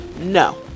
No